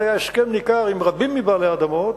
היה הסכם ניכר עם רבים מבעלי האדמות,